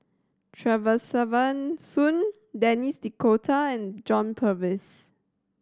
Soon Denis D'Cotta and John Purvis